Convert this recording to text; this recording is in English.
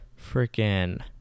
freaking